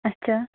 اَچھا